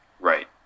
right